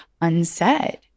unsaid